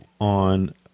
on